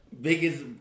biggest